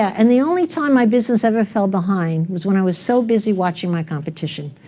and the only time my business ever fell behind was when i was so busy watching my competition.